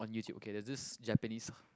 on YouTube okay there's this Japanese